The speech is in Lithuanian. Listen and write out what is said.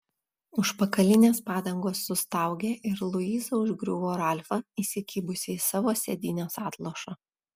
užpakalinės padangos sustaugė ir luiza užgriuvo ralfą įsikibusi į savo sėdynės atlošą